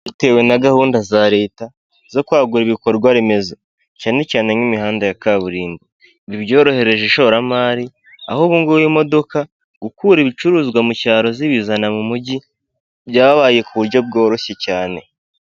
Bitewe na gahunda za leta zo kwagura ibikorwa remezo cyane cyane nk'imihanda ya kaburimbo. Ibi byorohereje ishoramari aho ubungubu imodoka gukura ibicuruzwa mu cyaro zibizana mu mujyi byabaye ku buryo bworoshye cyane.